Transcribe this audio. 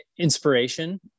inspiration